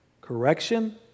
correction